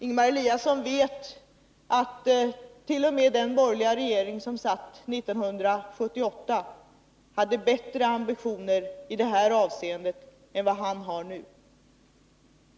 Ingemar Eliasson vet att t.o.m. den borgerliga regering som satt 1978 hade bättre ambitioner i det avseendet än vad han har nu.